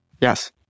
Yes